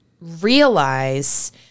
realize